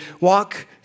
Walk